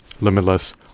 limitless